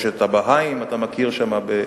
יש הבהאים, אם אתה מכיר, שם.